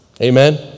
Amen